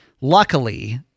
Luckily